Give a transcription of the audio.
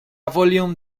volume